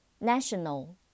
National